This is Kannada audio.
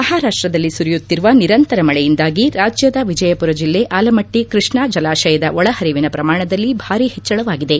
ಮಹಾರಾಷ್ಷದಲ್ಲಿ ಸುರಿಯುತ್ತಿರುವ ನಿರಂತರ ಮಳೆಯಿಂದಾಗಿ ರಾಜ್ಯದ ವಿಜಯಪುರ ಜಿಲ್ಲೆ ಆಲಮಟ್ಟ ಕೃಷ್ಣಾ ಜಲಾಶಯದ ಒಳಹರಿವಿನ ಪ್ರಮಾಣದಲ್ಲಿ ಭಾರೀ ಹೆಚ್ಚಳವಾಗಿದೆ